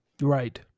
right